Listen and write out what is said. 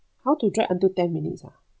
how to drag until ten minutes ah